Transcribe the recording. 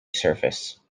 surface